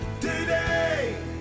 today